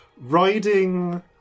riding